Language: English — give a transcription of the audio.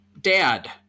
Dad